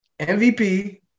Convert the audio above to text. MVP